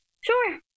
sure